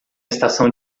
estação